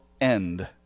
end